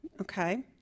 Okay